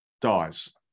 dies